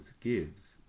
gives